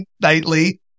nightly